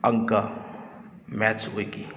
ꯑꯪꯀ ꯃꯦꯠꯁ ꯑꯣꯏꯈꯤ